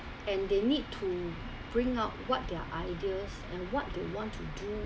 and they need to bring out what their ideas and what they want to do